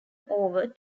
over